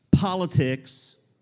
politics